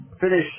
finish